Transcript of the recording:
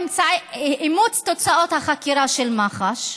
תוצאות החקירה של מח"ש,